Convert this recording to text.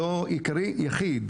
לא עיקרי, יחיד